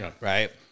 right